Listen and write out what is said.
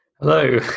Hello